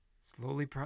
slowly